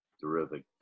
terrific